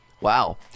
Wow